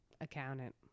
Accountant